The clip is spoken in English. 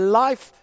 life